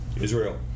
Israel